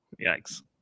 Yikes